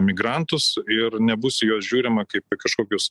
migrantus ir nebus į juos žiūrima kaip į kažkokius